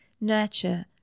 nurture